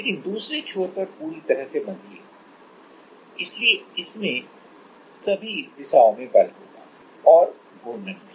लेकिन दूसरे छोर पर पूरी तरह से बंधी है इसलिए इसमें सभी सभी दिशाओं में बल होगा और होंगी और घूर्णन भी